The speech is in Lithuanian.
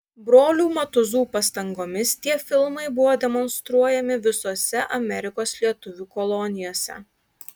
brolių matuzų pastangomis tie filmai buvo demonstruojami visose amerikos lietuvių kolonijose